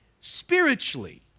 spiritually